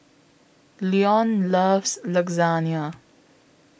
Leon loves Lasagna